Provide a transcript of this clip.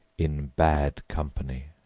in bad company.